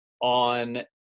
on